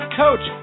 coach